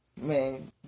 Man